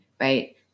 right